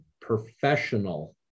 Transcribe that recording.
professional